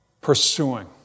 pursuing